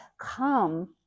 come